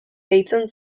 deitzen